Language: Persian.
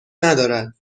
ندارد